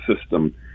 system